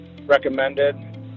recommended